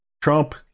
Trump